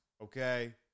okay